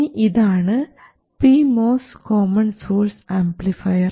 ഇനി ഇതാണ് P MOS common source amplifier